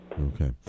Okay